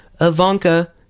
Ivanka